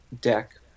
deck